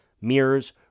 mirrors